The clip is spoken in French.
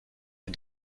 est